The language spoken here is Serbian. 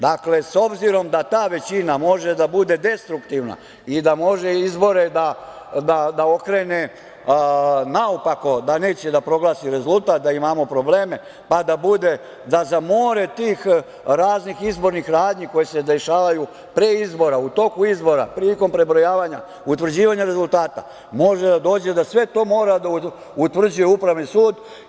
Dakle, obzirom da ta većina može da bude destruktivna i da može izbore da okrene naopako, da neće da proglasi rezultat, da imamo probleme, pa da bude da za more tih raznih izbornih radnji koje se dešavaju pre izbora, u toku izbora, prilikom prebrojavanja, utvrđivanja rezultata, može da dođe do toga da sve to mora da utvrđuje Upravni sud.